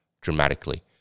dramatically